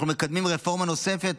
אנחנו מקדמים רפורמה נוספת,